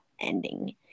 ending